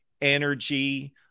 energy